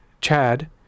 Chad